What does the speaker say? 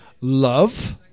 love